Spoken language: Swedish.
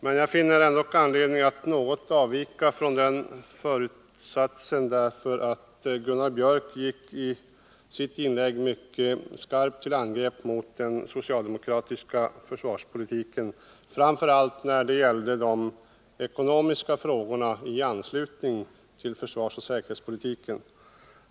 Men jag finner anledning att något avvika från den föresatsen därför att Gunnar Björk i Gävle i sitt inlägg mycket skarpt gick till angrepp mot den socialdemokratiska försvarspolitiken, framför allt när det gällde de ekonomiska frågorna i anslutning till försvarsoch säkerhetspolitiken.